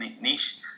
niche